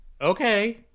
Okay